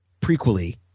prequely